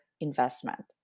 investment